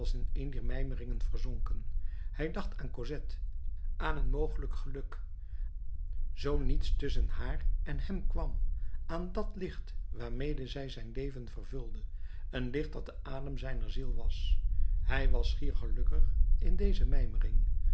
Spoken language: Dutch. een dier mijmeringen verzonken hij dacht aan cosette aan een mogelijk geluk zoo niets tusschen haar en hem kwam aan dat licht waarmede zij zijn leven vervulde een licht dat de adem zijner ziel was hij was schier gelukkig in deze